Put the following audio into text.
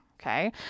Okay